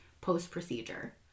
post-procedure